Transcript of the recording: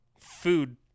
food